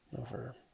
Over